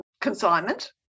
consignment